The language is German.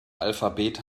alphabet